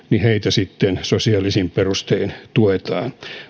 sosiaalisin perustein tuetaan